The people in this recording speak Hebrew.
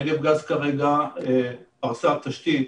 נגב גז כרגע פרסה תשתית